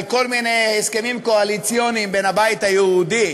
על כל מיני הסכמים קואליציוניים בין הבית היהודי